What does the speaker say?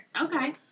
Okay